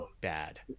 bad